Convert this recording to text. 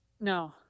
No